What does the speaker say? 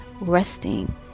resting